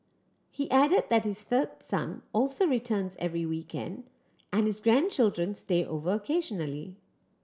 he added that his third son also returns every weekend and his grandchildren stay over occasionally